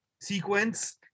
sequence